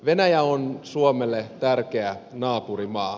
venäjä on suomelle tärkeä naapurimaa